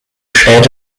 städte